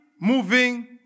moving